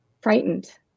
frightened